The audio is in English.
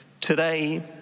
Today